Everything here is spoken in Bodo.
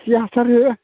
खि हासार हो